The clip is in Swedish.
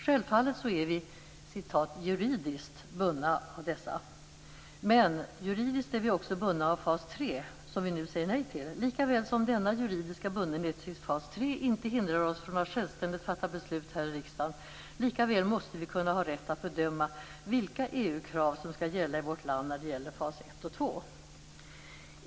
Självfallet är vi "juridiskt" bundna av dessa, men juridiskt är vi också bundna av fas 3 som vi nu säger nej till. Lika väl som denna juridiska bundenhet till fas 3 inte hindrar oss från att självständigt fatta beslut här i riksdagen, lika väl måste vi kunna ha rätt att bedöma vilka EU-krav som skall gälla i vårt land när det gäller fas 1 och 2.